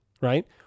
right